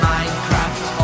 Minecraft